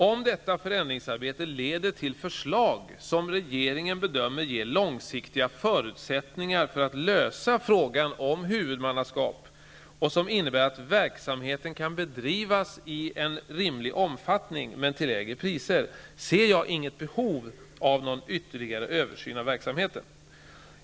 Om detta förändringsarbete leder till förslag som regeringen bedömer ger långsiktiga förutsättningar att lösa frågan om huvudmannaskap och som innebär att verksamhet kan bedrivas i rimlig omfattning men till lägre priser, ser jag inget behov av någon ytterligare översyn av verksamheten.